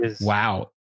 wow